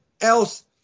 else